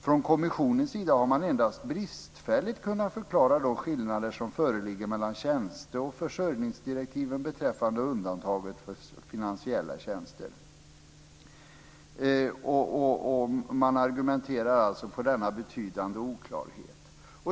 Från kommissionens sida har man endast bristfälligt kunna förklara de skillnader som föreligger mellan tjänste och försörjningsdirektiven beträffande undantaget för finansiella tjänster." Man argumenterar för denna betydande oklarhet.